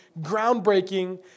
groundbreaking